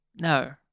No